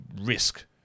risk